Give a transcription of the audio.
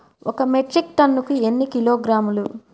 ఒక మెట్రిక్ టన్నుకు ఎన్ని కిలోగ్రాములు?